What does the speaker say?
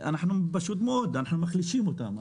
אנחנו פשוט מאוד מחלישים אותם.